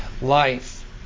life